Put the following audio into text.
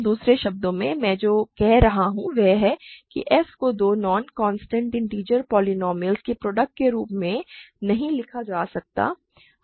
दूसरे शब्दों में मैं जो कह रहा हूं वह यह है कि f को दो नॉन कांस्टेंट इन्टिजर पोलीनोमिअल के प्रोडक्ट के रूप में नहीं लिखा जा सकता है